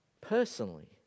personally